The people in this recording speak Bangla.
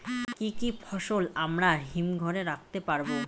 কি কি ফসল আমরা হিমঘর এ রাখতে পারব?